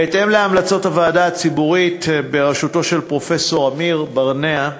בהתאם להמלצות הוועדה הציבורית בראשותו של פרופסור אמיר ברנע,